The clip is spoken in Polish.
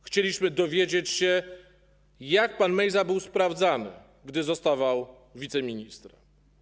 Chcieliśmy dowiedzieć się jak pan Mejza był sprawdzany gdy zostawał wiceministrem?